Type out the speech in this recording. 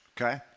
Okay